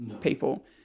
people